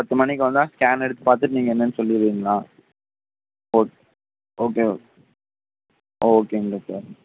எட்டு மணிக்கு வந்தால் ஸ்கேன் எடுத்து பார்த்துட்டு நீங்கள் என்னன்று சொல்லிவிடுவீங்களா ஓகே ஓகே ஓகே ஓகேங்க டாக்டர்